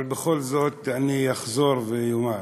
אבל בכל זאת אני אחזור ואומר.